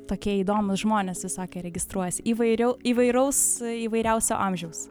tokie įdomūs žmonės visokie registruojasi įvairiau įvairaus įvairiausio amžiaus